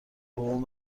بابام